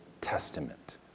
Testament